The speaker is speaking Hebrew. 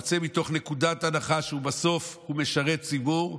יוצא מתוך נקודת הנחה שבסוף הוא משרת ציבור,